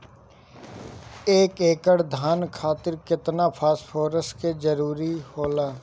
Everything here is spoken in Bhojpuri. एक एकड़ धान खातीर केतना फास्फोरस के जरूरी होला?